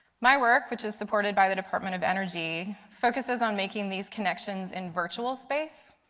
my work which is supported by the department of energy, focuses on making these connections in virtual space,